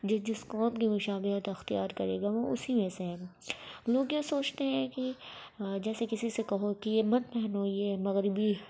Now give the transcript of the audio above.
جو جس قوم کی مشابہت اختیار کرے گا وہ اسی میں سے ہے لوگ یہ سوچتے ہیں کہ جیسے کسی سے کہو کہ مت پہنو یہ مغربی